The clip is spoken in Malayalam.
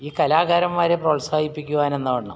ഈ കലാകാരന്മാരെ പ്രോത്സാഹിപ്പിക്കുവാനെന്ന വണ്ണം